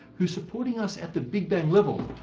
who's supporting us at the big bang level.